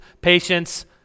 patience